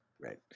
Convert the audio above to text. Right